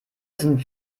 sind